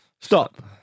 Stop